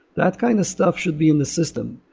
that kind of stuff should be in the system.